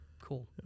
cool